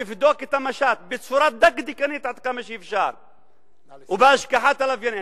לבדוק את המשט בצורה דקדקנית עד כמה שאפשר ובהשגחת הלוויינים.